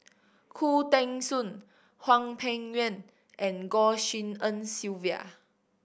Khoo Teng Soon Hwang Peng Yuan and Goh Tshin En Sylvia